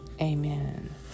Amen